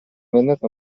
vendetta